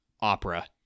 Opera